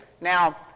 Now